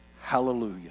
hallelujah